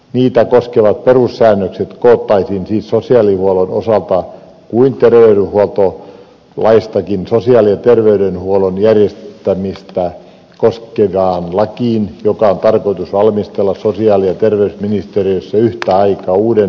niitä koskevat perussäännökset koottaisiin siis niin sosiaalihuollon osalta kuin terveydenhuoltolaistakin sosiaali ja terveydenhuollon järjestämistä koskevaan lakiin joka on tarkoitus valmistella sosiaali ja terveysministeriössä yhtä aikaa uuden sosiaalihuoltolain kanssa